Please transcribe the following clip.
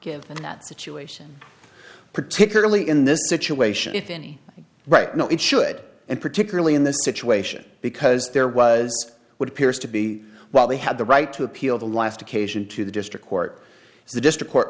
give that situation particularly in this situation if any right now it should and particularly in this situation because there was would appears to be while they had the right to appeal the last occasion to the district court